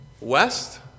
west